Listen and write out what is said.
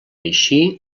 així